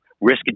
risk